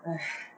!hais!